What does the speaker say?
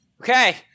Okay